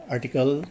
Article